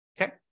Okay